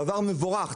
דבר מבורך.